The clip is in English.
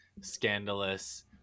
scandalous